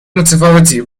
متفاوتی